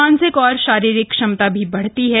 मानसिक और शारीरिक क्षमता भी बढ़ती है